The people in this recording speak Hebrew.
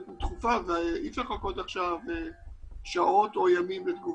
דחופה ואי אפשר לחכות עכשיו שעות או ימים לתגובה.